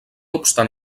obstant